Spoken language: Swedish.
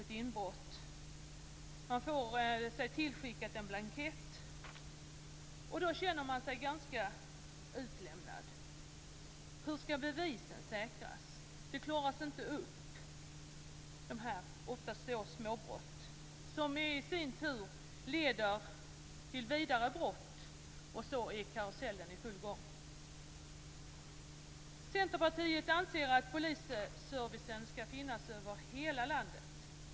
Man får sig tillskickad en blankett, och då känner man sig ganska utlämnad. Hur skall bevisen säkras? Dessa småbrott klaras oftast inte upp. De leder i sin tur till vidare brott, och så är karusellen i full gång. Centerpartiet anser att polisservicen skall finnas över hela landet.